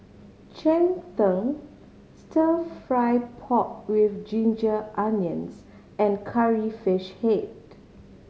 cheng tng Stir Fry pork with ginger onions and Curry Fish Head